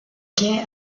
quai